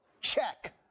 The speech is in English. Check